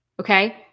Okay